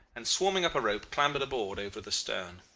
and swarming up a rope, clambered aboard over the stern.